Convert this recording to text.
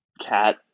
Cat